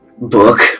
Book